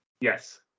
Yes